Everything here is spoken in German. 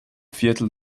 viertel